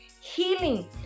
healing